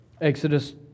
Exodus